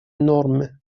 нормы